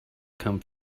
come